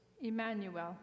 Emmanuel